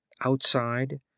Outside